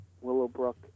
Willowbrook